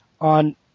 on